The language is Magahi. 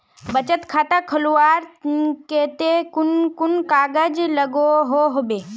बचत खाता खोलवार केते कुन कुन कागज लागोहो होबे?